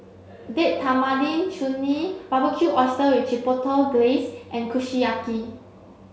Date Tamarind Chutney Barbecued Oysters with Chipotle Glaze and Kushiyaki